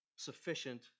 sufficient